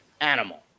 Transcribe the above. Animal